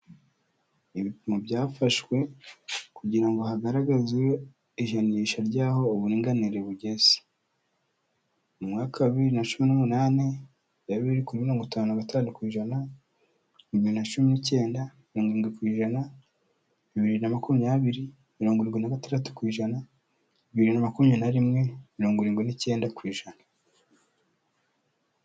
Ibipimo byafashwe kugira ngo hagaragazwe ijanisha ry'aho uburingani bugeze. Mu mwaka wa bibiri na cumi n'umunani, byari biri kuri mirongo itanu na gatanu ku ijana, bibiri na cumi n'icyenda, mirongo irindwi ku ijana, bibiri na makumyabiri, mirongo irindwi na gatandatu ku ijana, biri na makumyabiri na rimwe, mirongo irindwi n'icyenda ku ijana.